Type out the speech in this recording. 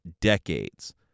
decades